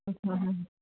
ह्म्म्